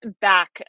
back